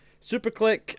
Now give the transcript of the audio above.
Superclick